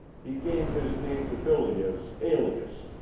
he gave his name to billy as alias,